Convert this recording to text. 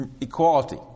Equality